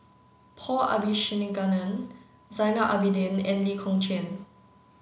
Paul Abisheganaden Zainal Abidin and Lee Kong Chian